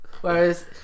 Whereas